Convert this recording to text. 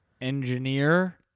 engineer